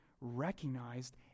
recognized